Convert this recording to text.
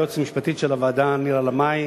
ליועצת המשפטית של הוועדה נירה לאמעי